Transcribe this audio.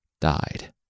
died